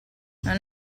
non